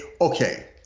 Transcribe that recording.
okay